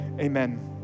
Amen